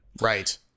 Right